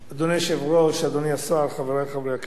אדוני היושב-ראש, אדוני השר, חברי חברי הכנסת,